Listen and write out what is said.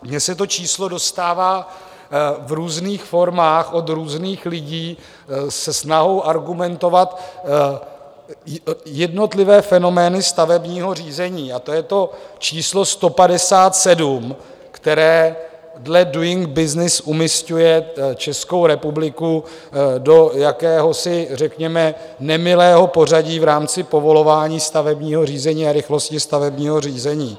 Mně se to číslo dostává v různých formách od různých lidí se snahou argumentovat jednotlivé fenomény stavebního řízení, a to je to číslo 157, které dle Doing Business umísťuje Českou republiku do jakéhosi řekněme nemilého pořadí v rámci povolování stavebního řízení a rychlosti stavebního řízení.